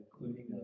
including